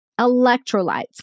electrolytes